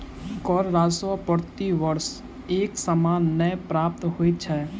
कर राजस्व प्रति वर्ष एक समान नै प्राप्त होइत छै